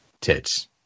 tits